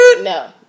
No